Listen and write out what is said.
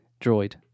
droid